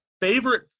favorite